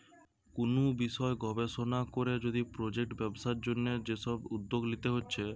কুনু বিষয় গবেষণা কোরে যদি প্রজেক্ট ব্যবসার জন্যে যে সব উদ্যোগ লিতে হচ্ছে